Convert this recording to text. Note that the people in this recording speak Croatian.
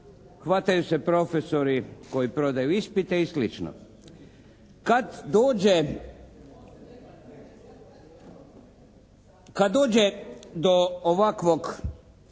hvataju se profesori koji prodaju ispite i slično. Kad dođe do ovakvog